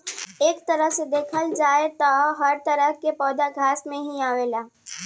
एक तरह से देखल जाव त हर तरह के पौधा घास में ही आवेला